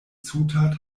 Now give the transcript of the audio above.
zutat